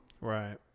Right